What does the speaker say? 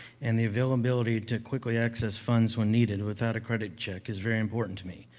and the availability to quickly access funds when needed, without a credit check, is very important to me.